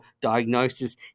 diagnosis